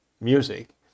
music